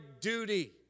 duty